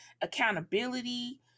accountability